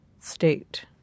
state